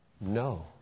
no